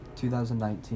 2019